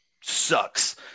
sucks